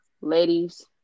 ladies